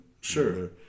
Sure